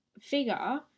figure